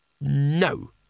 No